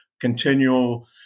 continual